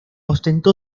ostentó